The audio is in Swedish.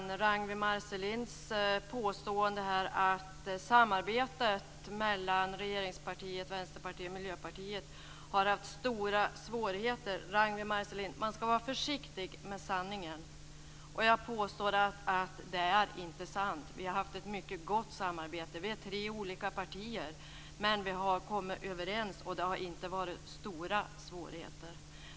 Det gäller Ragnwi Marcelinds påstående att samarbetet mellan regeringspartiet, Vänsterpartiet och Miljöpartiet har haft stora svårigheter. Ragnwi Marcelind, man ska vara försiktig med sanningen. Jag påstår att det inte är sant. Vi har haft ett mycket gott samarbete. Vi är tre olika partier, men vi har kommit överens. Det har inte varit några stora svårigheter.